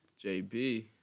JB